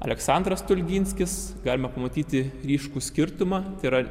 aleksandras stulginskis galima pamatyti ryškų skirtumą yra